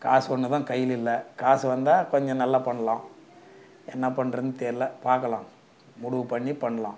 காசு ஒன்று தான் கையில் இல்லை காசு வந்தால் கொஞ்சம் நல்லா பண்ணலாம் என்ன பண்றது தெரில பார்க்கலாம் முடிவு பண்ணி பண்ணலாம்